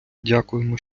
дякуємо